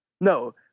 No